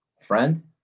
friend